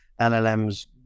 LLMs